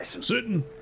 Sitting